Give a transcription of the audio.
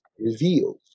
Reveals